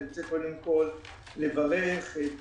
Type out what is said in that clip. אני רוצה קודם כול לברך את